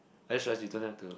I just realise you don't have to